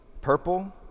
purple